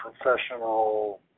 professional